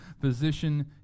Physician